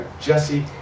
Jesse